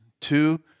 two